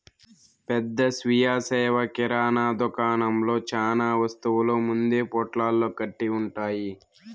పెద్ద స్వీయ సేవ కిరణా దుకాణంలో చానా వస్తువులు ముందే పొట్లాలు కట్టి ఉంటాయి